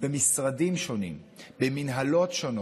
במשרדים שונים ובמינהלות שונות,